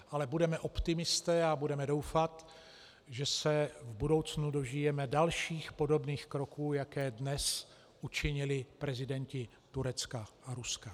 Ale budeme optimisté a budeme doufat, že se v budoucnu dožijeme dalších podobných kroků, jaké dnes učinili prezidenti Turecka a Ruska.